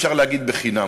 אפשר להגיד: חינם.